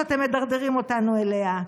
שאתם מדרדרים אותנו אליה.